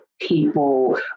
people